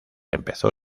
empezó